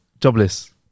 jobless